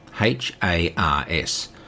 H-A-R-S